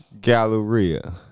Galleria